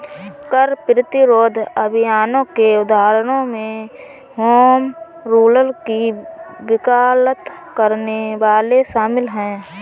कर प्रतिरोध अभियानों के उदाहरणों में होम रूल की वकालत करने वाले शामिल हैं